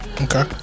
Okay